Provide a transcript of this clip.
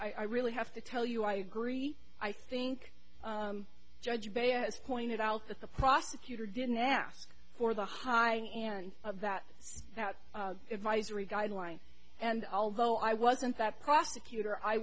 agree i really have to tell you i agree i think judge bay has pointed out that the prosecutor didn't ask for the high and of that that advisory guideline and although i wasn't that prosecutor i